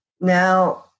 now